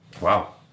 Wow